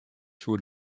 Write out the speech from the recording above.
soe